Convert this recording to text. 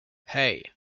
hey